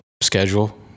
schedule